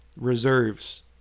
Reserves